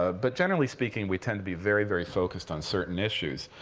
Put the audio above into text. but generally speaking, we tend to be very, very focused on certain issues,